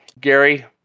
Gary